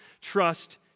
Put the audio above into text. trust